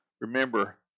remember